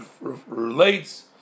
relates